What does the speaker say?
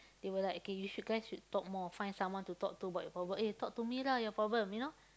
they will like okay you should guys should talk more find someone to talk to about your problem eh talk to me lah your problem you know